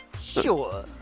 Sure